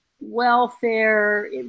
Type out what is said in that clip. welfare